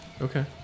Okay